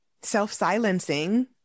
self-silencing